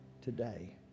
today